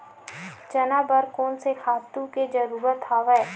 चना बर कोन से खातु के जरूरत हवय?